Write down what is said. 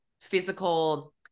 physical